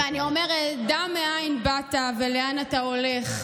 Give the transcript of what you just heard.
ואני אומרת: דע מאין באת ולאן אתה הולך.